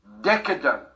decadent